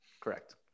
Correct